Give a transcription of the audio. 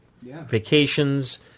Vacations